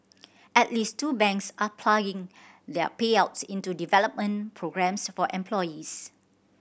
at least two banks are ploughing their payouts into development programmes for employees